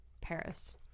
Paris